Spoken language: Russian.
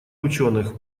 учёных